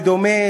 בדומה,